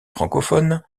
francophones